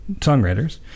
songwriters